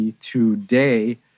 Today